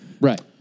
Right